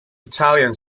battalion